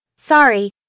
Sorry